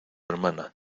hermana